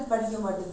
kersher ah